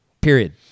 Period